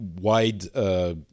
wide